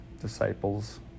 disciples